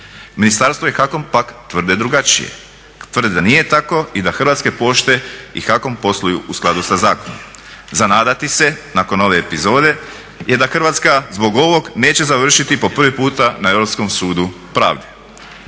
Ministarstvo i HAKOM pak tvrde drugačije. Tvrde da nije tako i da Hrvatska pošte i HAKOM posluju u skladu sa zakonom. Za nadati se nakon ove epizode je da Hrvatska zbog ovog neće završiti po prvi puta na Europskom sudu pravde.